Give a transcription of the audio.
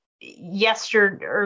yesterday